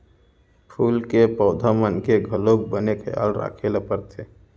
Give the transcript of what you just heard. फूल के पउधा मन के घलौक बने खयाल राखे ल परथे